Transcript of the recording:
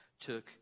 took